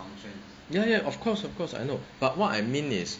ya ya of course of course I know but what I mean is